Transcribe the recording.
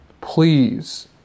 Please